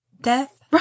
death